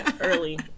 early